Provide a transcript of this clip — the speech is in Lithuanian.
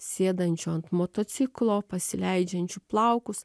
sėdančiu ant motociklo pasileidžiančiu plaukus